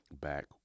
back